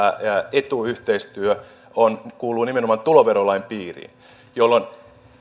etuyhteistyö kuuluu nimenomaan tuloverolain piiriin jolloin